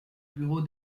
bureau